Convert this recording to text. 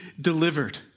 delivered